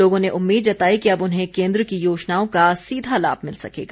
लोगों ने उम्मीद जताई कि अब उन्हें केन्द्र की योजनाओं का सीधा लाभ मिल सकेगा